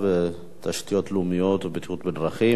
התשתיות הלאומיות והבטיחות בדרכים,